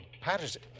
Patterson